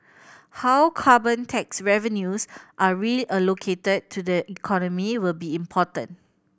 how carbon tax revenues are reallocated to the economy will be important